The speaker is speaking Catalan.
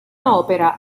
òpera